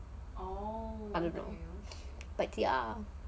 I don't know but ya